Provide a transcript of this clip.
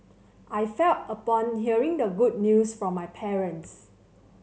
I felt upon hearing the good news from my parents